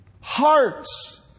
hearts